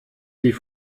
die